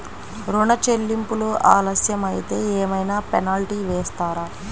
ఋణ చెల్లింపులు ఆలస్యం అయితే ఏమైన పెనాల్టీ వేస్తారా?